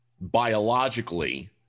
biologically